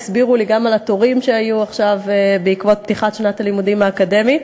הסבירו לי גם על התורים שהיו עכשיו בעקבות פתיחת שנת הלימודים האקדמית.